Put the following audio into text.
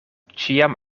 ĉiam